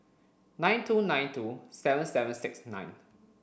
nine two nine two seven seven six nine